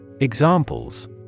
Examples